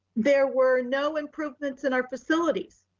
there were no improvements in our facilities.